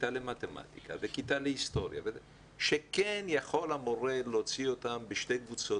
כיתה למתמטיקה וכיתה להיסטוריה שכן יכול המורה להוציא אותם בשתי קבוצות